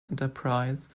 enterprise